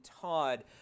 Todd